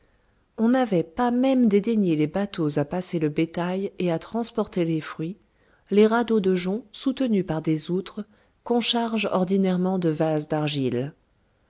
on n'avait pas même dédaigné les bateaux à passer le bétail et à transporter les fruits les radeaux de joncs soutenus par des outres qu'on charge ordinairement de vases d'argile